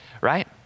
Right